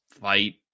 fight